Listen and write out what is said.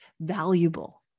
valuable